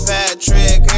Patrick